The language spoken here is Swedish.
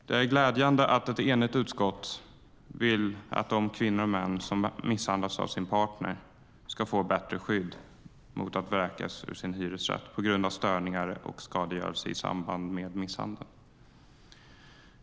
Det är glädjande att ett enigt utskott vill att de kvinnor och män som misshandlats av sin partner ska få bättre skydd mot att vräkas ur sin hyresrätt på grund av störningar och skadegörelse i samband med misshandeln.